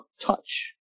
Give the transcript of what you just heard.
touch